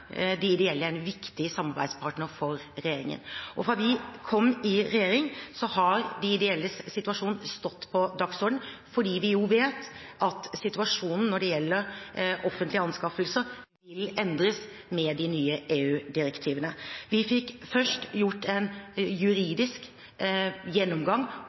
ideelle er viktige samarbeidspartnere for regjeringen. Fra vi kom i regjering, har de ideelles situasjon stått på dagsordenen, fordi vi vet at situasjonen når det gjelder offentlige anskaffelser, vil endres med de nye EU-direktivene. Vi fikk først foretatt en juridisk gjennomgang